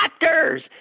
doctors